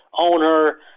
owner